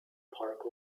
park